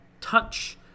touch